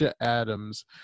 Adams